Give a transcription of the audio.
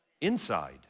Inside